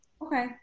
Okay